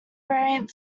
variant